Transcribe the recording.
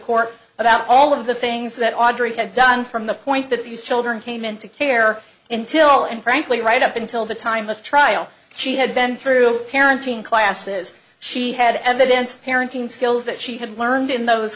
about all of the things that audrey had done from the point that these children came into care intil and frankly right up until the time of trial she had been through parenting classes she had evidence parenting skills that she had learned in those